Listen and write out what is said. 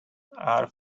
are